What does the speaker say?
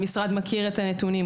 המשרד מכיר את הנתונים,